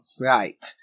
Right